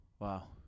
Wow